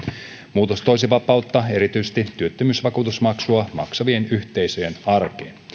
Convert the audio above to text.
muutos toisi vapautta erityisesti työttömyysvakuutusmaksua maksavien yhteisöjen arkeen